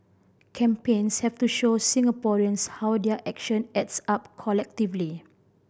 campaigns have to show Singaporeans how their action adds up collectively